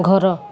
ଘର